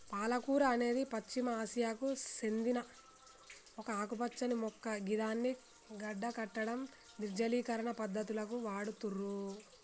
పాలకూర అనేది పశ్చిమ ఆసియాకు సేందిన ఒక ఆకుపచ్చని మొక్క గిదాన్ని గడ్డకట్టడం, నిర్జలీకరణ పద్ధతులకు వాడుతుర్రు